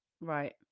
Right